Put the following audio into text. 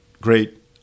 great